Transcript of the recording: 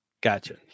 Gotcha